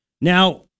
Now